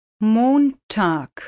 Montag